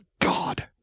God